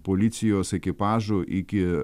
policijos ekipažų iki